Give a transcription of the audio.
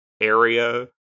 area